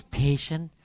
patient